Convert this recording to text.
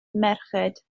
merched